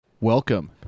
Welcome